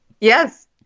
yes